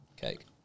cake